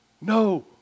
No